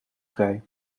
vrij